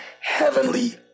heavenly